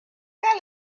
fell